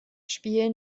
spielen